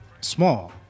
small